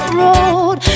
road